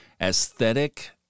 aesthetic